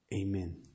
amen